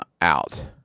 out